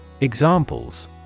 Examples